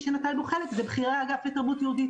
שנטל בו חלק זה בכירי האגף לתרבות יהודית.